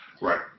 Right